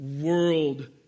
world